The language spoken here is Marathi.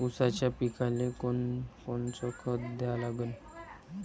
ऊसाच्या पिकाले कोनकोनचं खत द्या लागन?